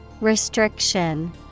Restriction